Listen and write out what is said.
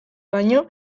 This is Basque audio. baino